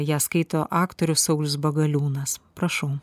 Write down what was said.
ją skaito aktorius saulius bagaliūnas prašau